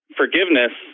forgiveness